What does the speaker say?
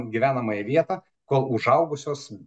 gyvenamąją vietą kol užaugusios